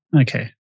Okay